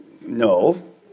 No